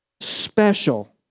Special